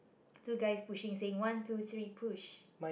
two guys pushing saying one two three push